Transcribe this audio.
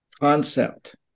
concept